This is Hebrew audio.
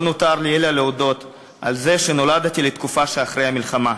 לא נותר לי אלא להודות על זה שנולדתי לתקופה שאחרי המלחמה.